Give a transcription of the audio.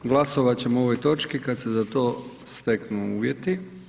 Glasovati ćemo o ovoj točki kada se za to steknu uvjeti.